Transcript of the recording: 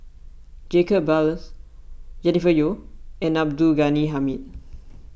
Jacob Ballas Jennifer Yeo and Abdul Ghani Hamid